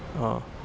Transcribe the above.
oh